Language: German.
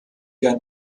gern